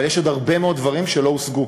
אבל יש עוד הרבה מאוד דברים שלא הושגו,